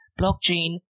Blockchain